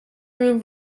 room